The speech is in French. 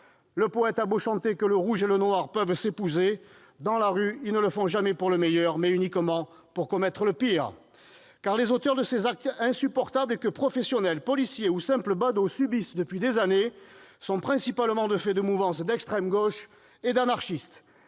Le poète a beau chanter que le rouge et le noir peuvent s'épouser, dans la rue, ils ne le font jamais pour le meilleur, mais ils le font uniquement pour commettre le pire ! Car les auteurs de ces actes insupportables, que professionnels, policiers, ou simples badauds subissent depuis des années sont principalement le fait des mouvances d'extrême gauche et d'anarchistes.